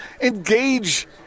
engage